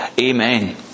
Amen